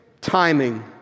timing